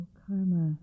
karma